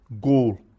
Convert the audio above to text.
goal